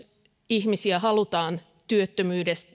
ihmisiä halutaan työttömyyden